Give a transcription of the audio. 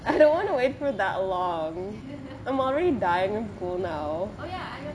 I don't want to wait for that long I'm already dying school now